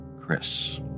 Chris